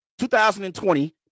2020